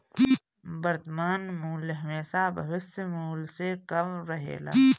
वर्तमान मूल्य हेमशा भविष्य मूल्य से कम रहेला